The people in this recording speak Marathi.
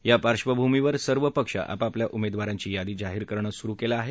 या पार्श्वभूमीवर सर्व पक्ष आपापल्या उमेदवारांची यादी जाहीर करणं सुरु केलं आहे